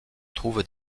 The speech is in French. trouvent